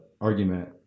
argument